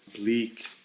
bleak